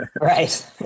Right